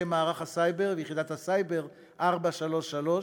מערך הסייבר ויחידת הסייבר ב"להב 433",